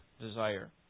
desire